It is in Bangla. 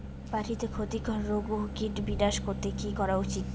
মাটিতে ক্ষতি কর রোগ ও কীট বিনাশ করতে কি করা উচিৎ?